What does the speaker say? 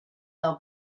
del